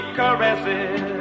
caresses